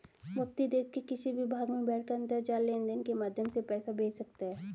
व्यक्ति देश के किसी भी भाग में बैठकर अंतरजाल लेनदेन के माध्यम से पैसा भेज सकता है